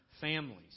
families